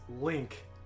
Link